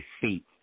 feet